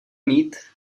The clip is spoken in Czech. mít